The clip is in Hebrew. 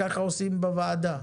ככה עושים בוועדה.